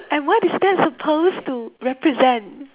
and what is that supposed to represent